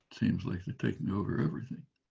seems like they'd taken over everything